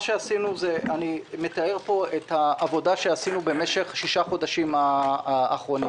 אני מתאר פה את העבודה שעשינו במשך ששת החודשים האחרונים.